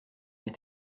mes